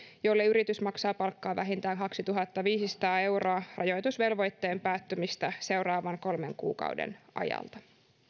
jolle yritys maksaa palkkaa vähintään kaksituhattaviisisataa euroa rajoitusvelvoitteen päättymistä seuraavan kolmen kuukauden ajalta